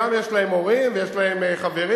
והחיילים, גם יש להם הורים, ויש להם חברים,